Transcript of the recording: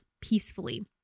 peacefully